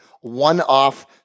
one-off